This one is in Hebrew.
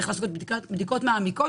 צריך לעשות בדיקות מעמיקות,